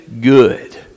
good